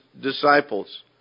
disciples